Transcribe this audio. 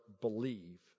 believe